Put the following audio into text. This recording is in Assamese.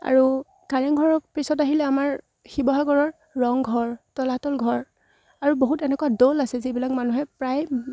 আৰু কাৰেংঘৰৰ পিছত আহিলে আমাৰ শিৱসাগৰৰ ৰংঘৰ তলাতল ঘৰ আৰু বহুত এনেকুৱা দৌল আছে যিবিলাক মানুহে প্ৰায়